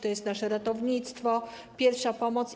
To nasze ratownictwo, pierwsza pomoc.